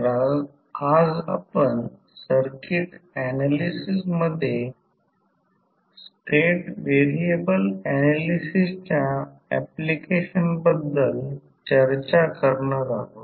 तर आज आपण सर्किट ऍनालिसिस मध्ये स्टेट व्हेरिएबल ऍनालिसिसच्या अँप्लिकेशन बद्दल चर्चा करणार आहोत